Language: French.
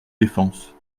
défense